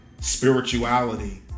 spirituality